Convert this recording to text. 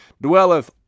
dwelleth